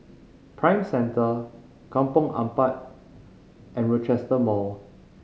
Prime Centre Kampong Ampat and Rochester Mall